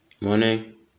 Morning